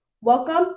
Welcome